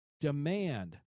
Demand